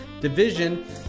division